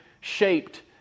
shaped